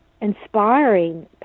inspiring